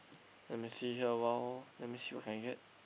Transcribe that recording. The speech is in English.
let me see here !wow! let me see what can I get